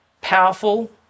powerful